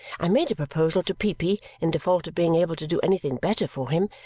i made a proposal to peepy, in default of being able to do anything better for him,